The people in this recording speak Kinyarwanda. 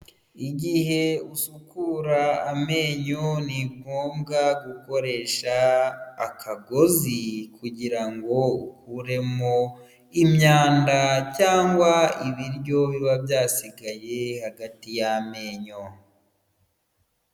Igihe usukura amenyo ni ngombwa gukoresha akagozi, kugirango ukuremo imyanda cyangwa ibiryo biba byasigaye hagati y'amenyo.